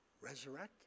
resurrect